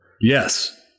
Yes